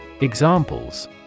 Examples